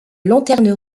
lanterne